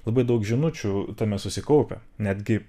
labai daug žinučių tame susikaupia netgi